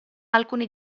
alcuni